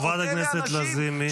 חברת הכנסת לזימי.